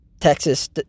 Texas